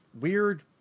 weird